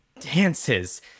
dances